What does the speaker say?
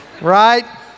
right